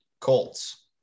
Colts